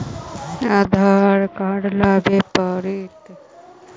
आधार card लाबे पड़तै?